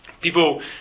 people